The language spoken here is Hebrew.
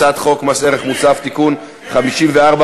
הצעת חוק מס ערך מוסף (תיקון מס' 54),